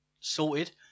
sorted